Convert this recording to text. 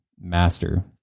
Master